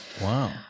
Wow